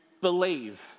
believe